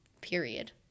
period